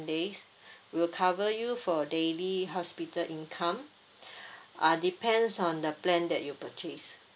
days we'll cover you for daily hospital income uh depends on the plan that you purchase